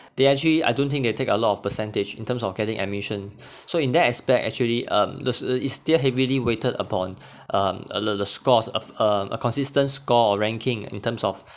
they actually I don't think they take a lot of percentage in terms of getting admission so in that aspect actually um this uh is still heavily weighted upon um uh the the scores of uh a consistent score or ranking in terms of